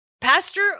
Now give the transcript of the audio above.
pastor